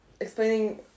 explaining